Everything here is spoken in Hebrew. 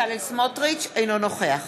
אינו נוכח